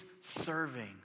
serving